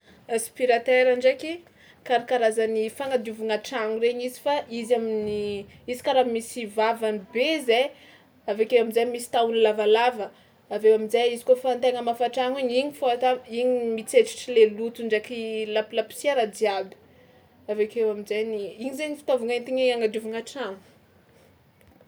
Aspiratera ndraiky karakarazany fagnadiovagna tragno regny izy fa izy amin'ny izy karaha misy vavany be zay, avy ake am'zay misy tahony lavalava, avy eo amin-jay izy kaofa an-tegna hamafa tragno igny igny fao atao igny mitsetsitry le loto ndraiky lapolaposiera jiaby, avy akeo amin-jainy igny zainy fitaovagna entigny agnadiovagna tragno.